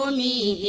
me